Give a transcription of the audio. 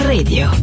Radio